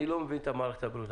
אני לא מבין את מערכת הבריאות.